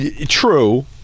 True